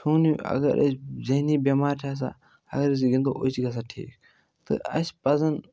سون یہِ اگر أسۍ ذہنی بٮ۪مار چھِ آسان اگر أسۍ گِنٛدو أسۍ چھِ گژھان ٹھیٖک تہٕ اَسہِ پَزَن